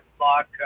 lock